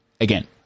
again